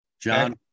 john